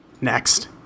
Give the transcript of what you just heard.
Next